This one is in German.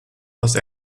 los